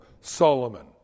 Solomon